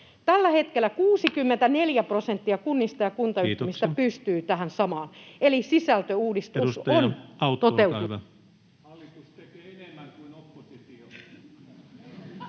koputtaa] 64 prosenttia kunnista ja kuntayhtymistä pystyy tähän samaan. Eli sisältöuudistus on toteutunut.